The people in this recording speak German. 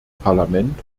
parlament